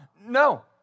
No